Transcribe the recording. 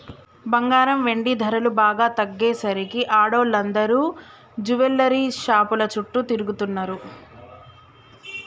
బంగారం, వెండి ధరలు బాగా తగ్గేసరికి ఆడోళ్ళందరూ జువెల్లరీ షాపుల చుట్టూ తిరుగుతున్నరు